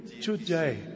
today